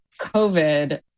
COVID